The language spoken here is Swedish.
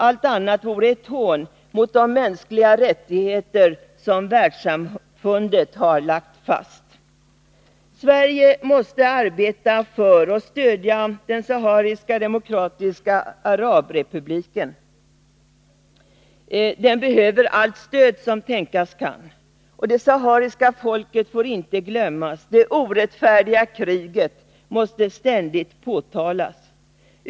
Allt annat vore ett hån mot de mänskliga rättigheter som världssamfundet har lagt fast. Sverige måste arbeta för och stödja Sahariska Demokratiska Arabrepubliken. Den behöver allt stöd som tänkas kan. Det sahariska folket får inte glömmas, det orättfärdiga kriget måste ständigt påtalas.